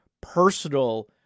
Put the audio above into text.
personal